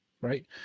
Right